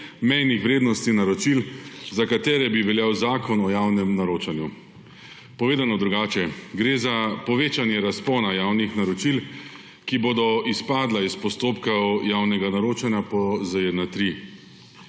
mejnih vrednosti naročil, za katere bi veljal zakon o javnem naročanju. Povedano drugače, gre za povečanje razpona javnih naročil, ki bodo izpadla iz postopka javnega naročanja po ZJN-3.